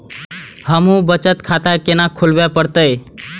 हमू बचत खाता केना खुलाबे परतें?